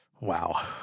Wow